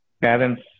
parents